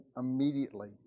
immediately